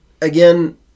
Again